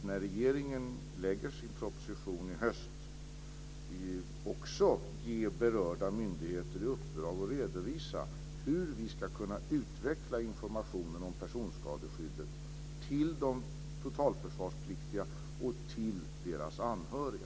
När regeringen lägger fram sin proposition i höst avser jag att också ge berörda myndigheter i uppdrag att redovisa hur vi ska kunna utveckla informationen om personskadeskyddet till de totalförsvarspliktiga och till deras anhöriga.